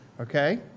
Okay